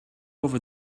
over